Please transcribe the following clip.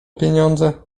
pieniądze